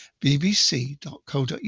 bbc.co.uk